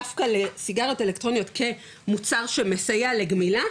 דווקא לסיגריות אלקטרוניות כמוצר שמסייע לגמילה,